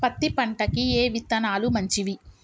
పత్తి పంటకి ఏ విత్తనాలు మంచివి?